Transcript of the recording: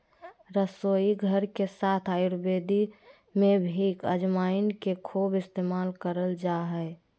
रसोईघर के साथ आयुर्वेद में भी अजवाइन के खूब इस्तेमाल कइल जा हइ